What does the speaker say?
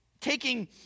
taking